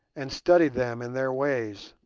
and studied them and their ways